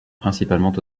principalement